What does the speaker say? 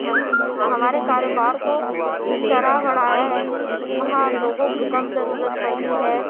ہاں ہمارے کاروبار کو اس طرح بڑھایا ہے کہ وہاں لوگوں کی کم ضرورت پڑتی ہے